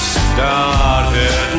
started